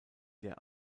der